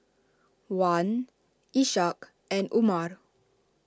Wan Ishak and Umar